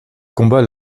combat